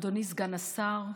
אדוני סגן השר,